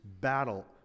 battle